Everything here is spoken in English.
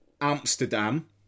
Amsterdam